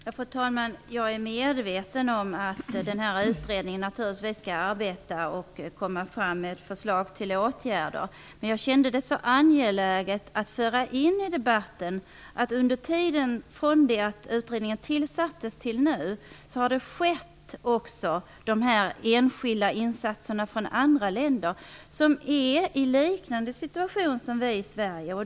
Fru talman! Jag är medveten om att utredningen arbetar och skall komma med förslag till åtgärder, men jag kände det angeläget att föra in följande i debatten. Under tiden från det att utredningen tillsattes till nu har det gjorts enskilda insatser av andra länder som är i liknande situation som vi i Sverige.